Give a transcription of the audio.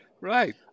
Right